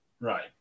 Right